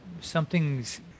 something's